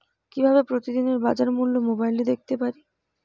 কিভাবে প্রতিদিনের বাজার মূল্য মোবাইলে দেখতে পারি?